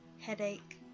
headache